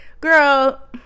girl